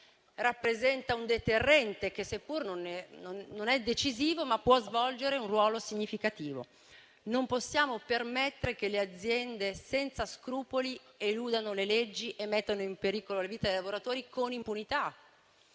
rappresenta un deterrente che, seppur non decisivo, può svolgere un ruolo significativo. Non possiamo permettere che le aziende senza scrupoli eludano le leggi e mettano in pericolo la vita dei lavoratori con impunità.